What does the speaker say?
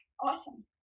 Awesome